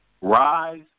Rise